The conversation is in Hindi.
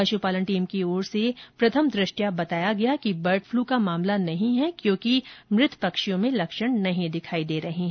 पशुपालन टीम की ओर से प्रथम द्र ष्टया बताया गया कि बर्ड फ्लू का मामला नहीं है क्योंकि मृत पक्षियों में लक्षण नहीं दिखाई दे रहे हैं